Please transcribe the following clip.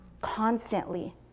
constantly